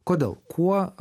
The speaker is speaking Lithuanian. kodėl kuo